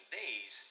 days